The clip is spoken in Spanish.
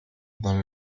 don